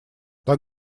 так